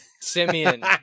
Simeon